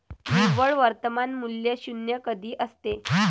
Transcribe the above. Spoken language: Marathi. निव्वळ वर्तमान मूल्य शून्य कधी असते?